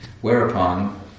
Whereupon